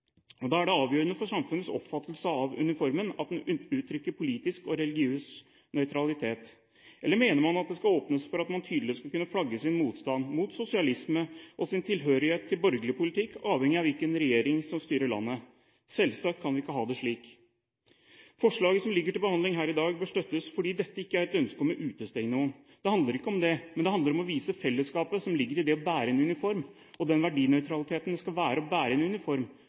Da er det avgjørende for samfunnets oppfattelse av uniformen at den uttrykker politisk og religiøs nøytralitet. Eller mener man at det skal åpnes for at man tydelig skal kunne flagge sin motstand mot sosialisme og sin tilhørighet til borgerlig politikk, avhengig av hvilken regjering som styrer landet? Selvsagt kan vi ikke ha det slik. Forslaget som ligger til behandling her i dag, bør støttes, fordi dette ikke er et ønske om å utestenge noen. Det handler ikke om det, men det handler om å vise fellesskapet som ligger i det å bære en uniform, den verdinøytraliteten det skal være å bære en uniform, og den grunnleggende nasjonale tilknytningen det skal være å bære en uniform.